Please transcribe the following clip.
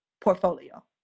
portfolio